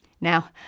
Now